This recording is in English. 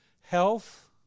health